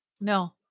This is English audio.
No